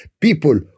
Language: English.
people